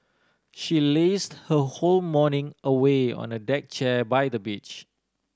she lazed her whole morning away on a deck chair by the beach